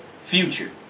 future